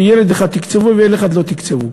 שילד אחד תקצבו וילד אחד לא תקצבו.